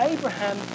Abraham